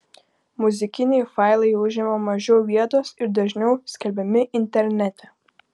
muzikiniai failai užima mažiau vietos ir dažniau skelbiami internete